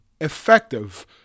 effective